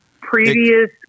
previous